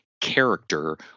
character